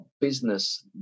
business